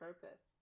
purpose